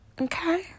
Okay